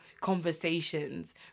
conversations